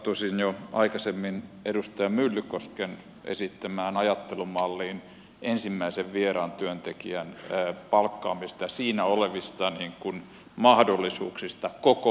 tarttuisin jo aikaisemmin edustaja myllykosken esittämään ajattelumalliin ensimmäisen vieraan työntekijän palkkaamisesta ja siinä olevista mahdollisuuksista koko maahan